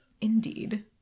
indeed